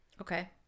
Okay